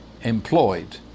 employed